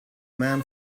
man